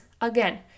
Again